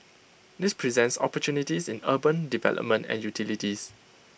this presents opportunities in urban development and utilities